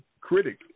critic